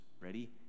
ready